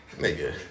nigga